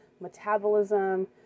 metabolism